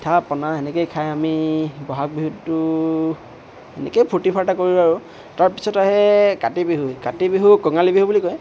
পিঠা পনা সেনেকেই খাই আমি বহাগ বিহুটো এনেকেই ফূৰ্তি ফাৰ্তা কৰোঁ আৰু তাৰপিছত আহে কাতি বিহু কাতি বিহুক কঙালী বিহু বুলি কয়